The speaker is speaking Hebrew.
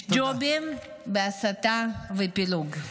ג'ובים, בהסתה ופילוג.